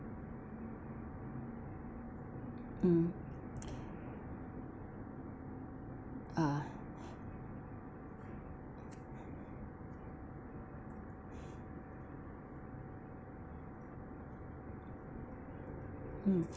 mm uh mm